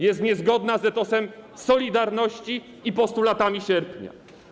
Jest niezgodna z etosem „Solidarności” i postulatami sierpnia.